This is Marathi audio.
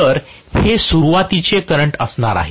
तर हे सुरुवातीचे करंट असणार आहे